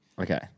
Okay